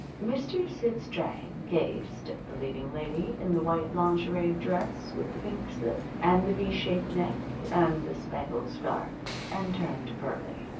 mr. sid strang gazed at the leading lady in the white lingerie dress with the pink slip, and the v-shaped neck, and the spangled scarf, and turned to pearlie.